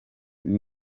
nti